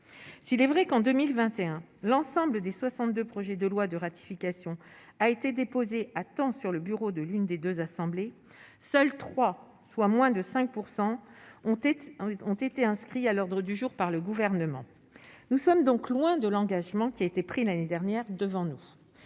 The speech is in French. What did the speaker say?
s'il est vrai qu'en 2021, l'ensemble des 62 projets de loi de ratification a été déposé à temps sur le bureau de l'une des 2 assemblées, seuls 3, soit moins de 5 % ont été ont été inscrits à l'ordre du jour par le gouvernement, nous sommes donc loin de l'engagement qui a été pris, l'année dernière, devant nous,